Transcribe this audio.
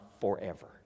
forever